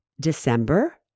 December